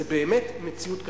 זה באמת מציאות קשה.